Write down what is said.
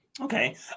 okay